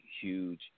huge